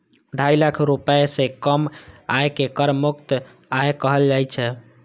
ढाई लाख रुपैया सं कम आय कें कर मुक्त आय कहल जाइ छै